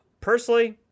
personally